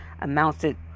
amounted